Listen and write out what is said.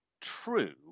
true